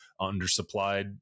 undersupplied